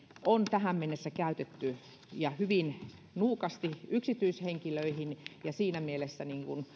on tähän mennessä käytetty hyvin nuukasti yksityishenkilöihin ja siinä mielessä